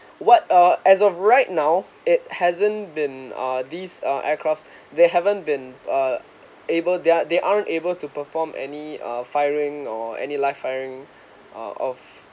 what uh as of right now it hasn't been uh these uh aircraft they haven't been uh able they are they aren't able to perform any uh firing or any live firing uh of